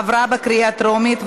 עברה בקריאה טרומית,